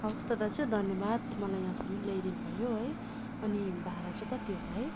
हवस् त दाजु धन्यवाद मलाई यहाँसम्म ल्याइदिनु भयो है अनि भाडा चाहिँ कति होला है